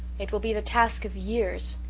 it will be the task of years.